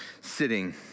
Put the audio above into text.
sitting